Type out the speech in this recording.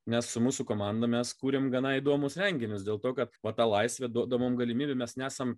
nes su mūsų komanda mes kuriam gana įdomius renginius dėl to kad vat ta laisvė duoda mum galimybių mes nesam